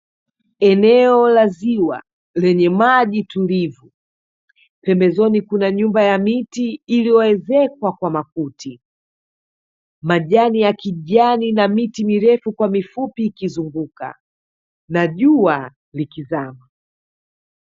Eneo la ziwa lenye maji tulivu, pembezoni kuna nyumba ya miti iliyoezekwa kwa makuti, majani ya kijani na miti mirefu kwa mifupi ikizunguka na jua likizama.